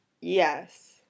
yes